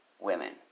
women